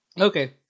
Okay